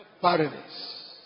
Paradise